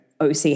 OC